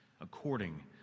according